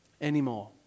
anymore